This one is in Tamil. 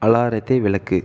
அலாரத்தை விலக்கு